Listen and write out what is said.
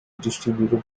distributed